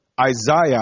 Isaiah